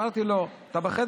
אמרתי לו: אתה בחדר?